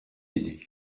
aider